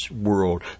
world